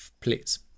Please